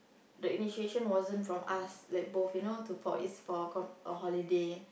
the initiation wasn't from us like both you know to for is for con~ a holiday